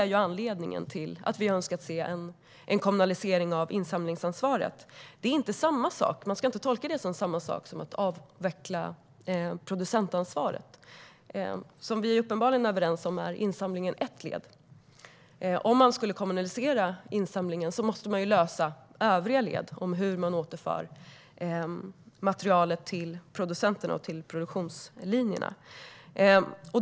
Det är anledningen till att vi önskar se en kommunalisering av insamlingsansvaret. Det ska inte tolkas som samma sak som att avveckla producentansvaret. Vi är uppenbarligen överens om att insamlingen är ett led. Om insamlingen kommunaliseras måste man lösa övriga led, det vill säga hur materialet återförs till producenterna och till produktionslinjerna.